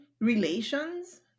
relations